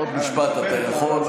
עוד משפט אתה יכול.